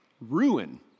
Ruin